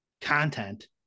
content